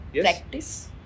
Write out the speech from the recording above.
Practice